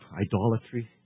idolatry